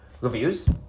reviews